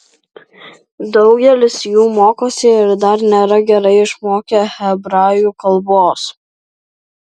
daugelis jų mokosi ir dar nėra gerai išmokę hebrajų kalbos